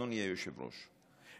אדוני היושב-ראש,